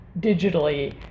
digitally